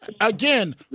again